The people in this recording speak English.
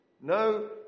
No